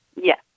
Yes